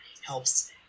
helps